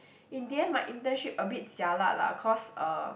in the end my internship a bit jialat lah cause uh